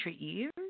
years